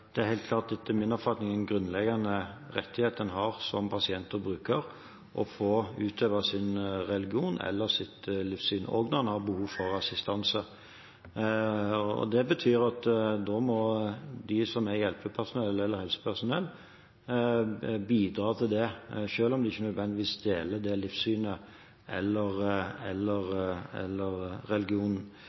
som bruker til å få utøve sin religion eller sitt livssyn, også når en har behov for assistanse. Det betyr at de som er hjelpepersonell eller helsepersonell, må bidra til det, selv om de ikke nødvendigvis deler det livssynet eller den religionen.